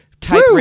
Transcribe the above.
type